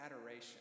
adoration